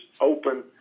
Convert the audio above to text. open